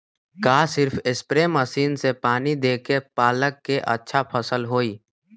का सिर्फ spray machine से पानी देके पालक के अच्छा फसल होई?